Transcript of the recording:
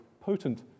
potent